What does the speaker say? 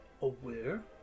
Aware